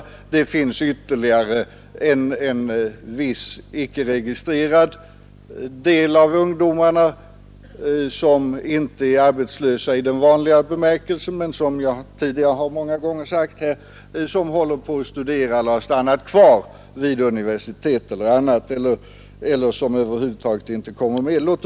Dessutom finns det ytterligare en viss icke registrerad del av ungdomarna som inte är arbetslösa i vanlig bemärkelse men som — såsom jag tidigare många gånger sagt — håller sig kvar vid de högre utbildningsanstalterna och över huvud taget inte kommer med i statistiken.